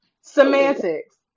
Semantics